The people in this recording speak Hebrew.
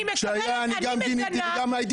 כשהיה, גם אני גיניתי וגם הייתי נגד זה.